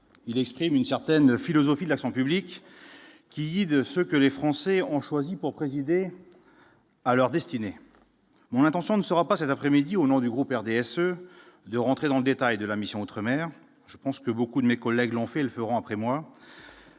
il exprime une certaine philosophie de l'action publique qui, de ce que les Français ont choisi pour présider à leur destinée, mon intention ne sera pas cet après-midi, au nom du groupe RDSE de rentrer dans le détail de la mission outre-mer je pense que beaucoup de mes collègues l'ont fait le feront après moi.